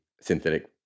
synthetic